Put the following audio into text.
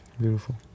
Beautiful